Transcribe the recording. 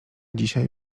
dzisiaj